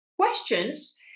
questions